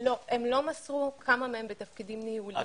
הם לא מסרו כמה מהם בתפקידים ניהוליים.